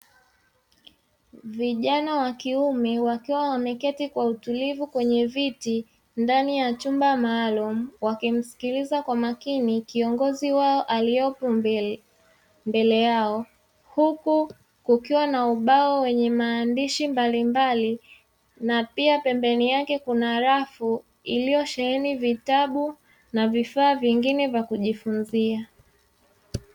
Vijana wa kiume wakiwa wameketi kwa utulivu kwenye viti, ndani ya chumba maalumu, wakimsikiliza kwa umakini kiongozi wao aliyopo mbele yao. Huku kukiwa na ubao wenye maandishi mbalimbali, na pia pembeni yake kuna rafu iliyosheheni vitabu na vifaa vingine vya kujifunzia.